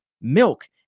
milk